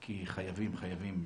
כי חייבים חייבים,